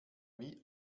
wie